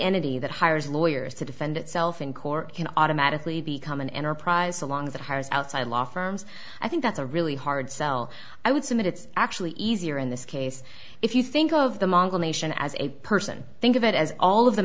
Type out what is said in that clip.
entity that hires lawyers to defend itself in court can automatically become an enterprise along that hires outside law firms i think that's a really hard sell i would submit it's actually easier in this case if you think of the mongol nation as a person think of it as all of the